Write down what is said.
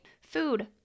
Food